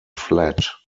flat